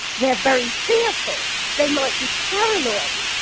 they're very fearful. they might be paranoid.